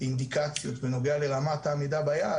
אינדיקציות בנוגע לרמת העמידה ביעד,